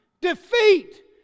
defeat